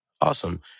Awesome